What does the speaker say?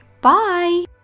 Bye